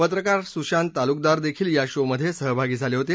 पत्रकार सुशांत तालुकदार देखील या शोमध्ये सहभागी झाले होते